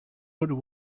wood